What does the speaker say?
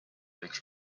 võiks